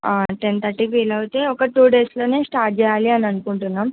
ten థర్టీకి వీలయితే ఒక టూ డేస్లోనే స్టార్ట్ చేయాలి అని అనుకుంటున్నాం